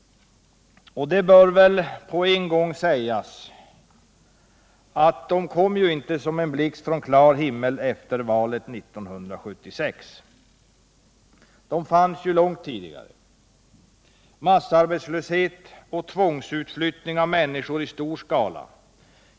Det bör väl på en gång sägas att de ju inte kom som en blixt från klar himmel efter valet 1976. De fanns långt tidigare i form av massarbetslöshet och tvångsutflyttning av människor i stor skala.